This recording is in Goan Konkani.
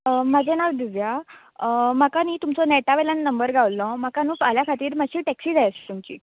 म्हजें नांव दिव्या म्हाका न्हय तुमचो नेटा वयल्यान नंबर गावल्लो म्हाका न्हय फाल्यां खातीर मातशी टॅक्सी जाय आसली तुमची